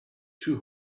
two